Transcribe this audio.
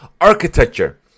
Architecture